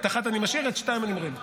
את הראשונה אני משאיר ואת השנייה אני מוריד,